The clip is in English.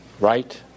right